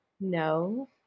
No